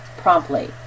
promptly